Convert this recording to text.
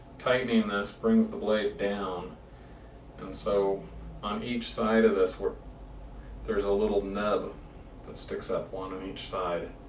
tightening this brings the blade down, and so on each side of this where there's a little nub sticks up. one on each side,